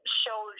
show